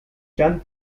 chan